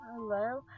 Hello